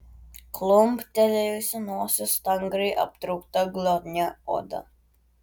kumptelėjusi nosis stangriai aptraukta glotnia oda